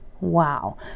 Wow